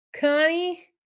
Connie